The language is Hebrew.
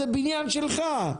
זה בניין שלך.